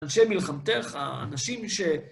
אנשי מלחמתך, אנשים ש...